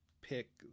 pick